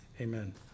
Amen